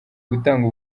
gutanga